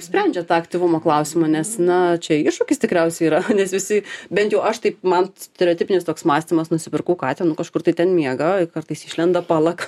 sprendžiat tą aktyvumo klausimą nes na čia iššūkis tikriausiai yra nes visi bent jau aš taip man stereotipinis toks mąstymas nusipirkau katiną nu kažkur tai ten miega kartais išlenda palaka